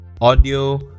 audio